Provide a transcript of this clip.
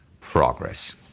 progress